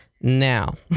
Now